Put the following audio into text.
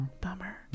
Bummer